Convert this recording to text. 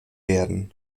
werden